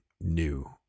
new